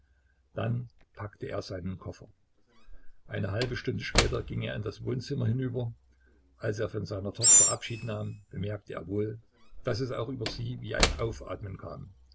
dann packte er seinen koffer eine halbe stunde später ging er in das wohnzimmer hinüber als er von seiner tochter abschied nahm bemerkte er wohl daß es auch über sie wie ein aufatmen kam